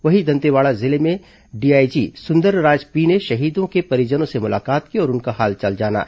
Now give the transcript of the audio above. वहीं दंतेवाड़ा जिले में डीआईजी सुंदरराज पी ने शहीदों के परिजनों से मुलाकात की और उनका हालचाल जाना